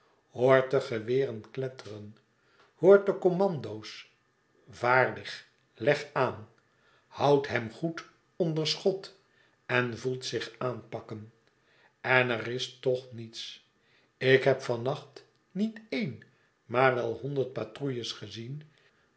de geweren kletteren hoort de commando's yaardig leg aan houd hem goed onder schot en voelt zich aanpakken en er is toch niets ik heb van nacht niet een maar wel honderd patrouilles gezien